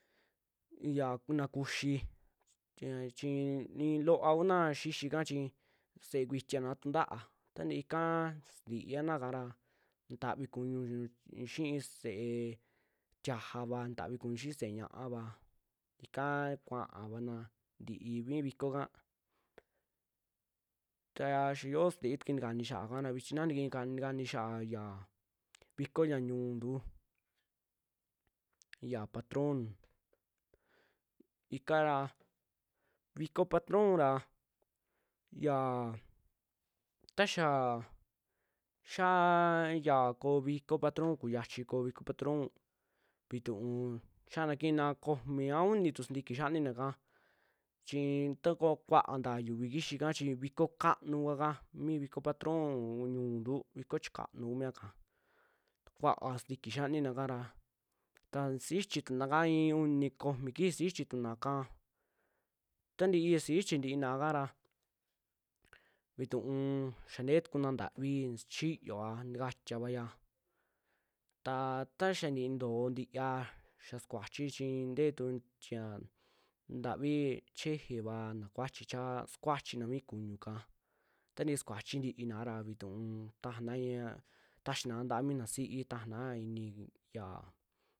Ya kuuna kuxi, tia chi ni loova xixika chii se'e kuitiana tuntaa, tantii kaa sintianaka ra ntaatavi kuñu xii se'e tiajava, ntavi kuñu xii se'e ñaava ikaa kuaavana tintii mi viko ka, ta yaa yoo sintii tukui ntakani xiaa kara, vichi naa ntakii ntakani xiaa viko yaa ñu'untu xia patron, ikara viko patron ra xiaa taxaa xiaaa ya koo viko patron, kuyachi koo viko patron vituu xiaana kiina komi a uni tu sintiki xaninaka, chii taku kuaa ntaa yiuuvi kixii ika chi viko kaanu kua kaa, mi viko patron ñu'untu viko chikanuu ku mia ika, kuaa sintiki xiaanina kara ta si'ichi tuna kaa i'i uni, komi kijii si'ichi tuna kaa, tantii si'ichi kara vituu xiaa ntee tuku naa ntavi sichiyooa, ntikatiavaya taa taxa ntii ntoo ntiaa xaa sukuachi chi ntee tu tia ntavii chejeeva na kuachi chaa sukuachina mi kuñu kaa, tantii sukuachi ntiina ra vituu tajana yaa taxinaa ntaa mina si'i tajana inii yaa.